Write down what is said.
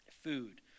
food